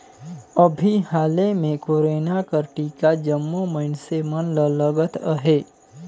अभीं हाले में कोरोना कर टीका जम्मो मइनसे मन ल लगत अहे